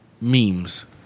Memes